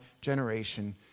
generation